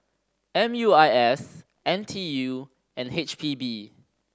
M U I S N T U and H P B